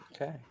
Okay